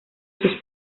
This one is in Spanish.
sus